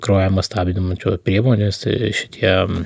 kraujavimą stabdančios priemonės šitie